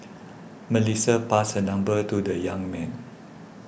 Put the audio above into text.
Melissa passed her number to the young man